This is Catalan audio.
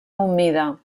humida